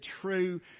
true